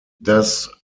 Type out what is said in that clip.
das